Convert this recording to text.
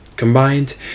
Combined